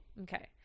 Okay